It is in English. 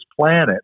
planet